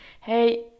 Hey